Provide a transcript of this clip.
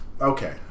Okay